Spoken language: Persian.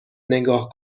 نگاه